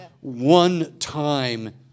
one-time